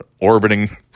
orbiting